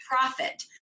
profit